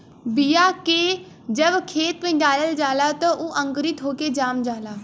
बीया के जब खेत में डालल जाला त उ अंकुरित होके जाम जाला